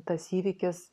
tas įvykis